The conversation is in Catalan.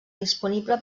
disponible